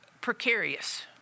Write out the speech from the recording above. precarious